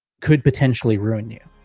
could potentially ruin you.